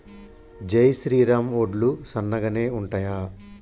జై శ్రీరామ్ వడ్లు సన్నగనె ఉంటయా?